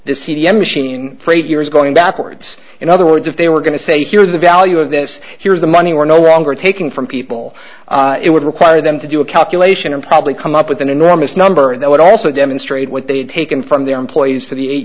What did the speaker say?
the c d m a cian for eight years going backwards in other words if they were going to say here's the value of this here's the money we're no longer taking from people it would require them to do a calculation and probably come up with an enormous number that would also demonstrate what they had taken from their employees for the eight